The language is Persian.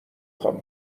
خوام